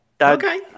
Okay